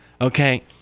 okay